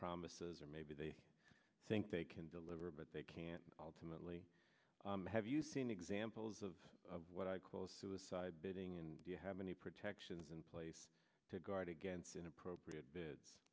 promises or maybe they think they can deliver but they can't ultimately have you seen examples of what i close suicide bidding and do you have any protections in place to guard against inappropriate